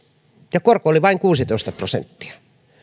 ja korko oli vain kuusitoista prosenttia